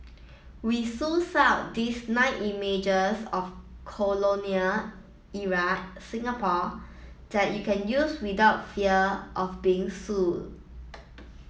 we sussed out these nine images of colonial era Singapore that you can use without fear of being sued